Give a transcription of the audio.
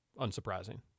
unsurprising